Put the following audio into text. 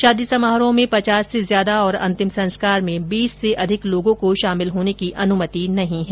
शादी समारोह में पचास से ज्यादा और अंतिम संस्कार में बीस से अधिक लोगों को शामिल होने की अनुमति नहीं है